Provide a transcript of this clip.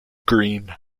green